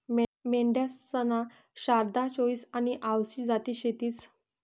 मेंढ्यासन्या शारदा, चोईस आनी आवसी जाती शेतीस